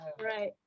Right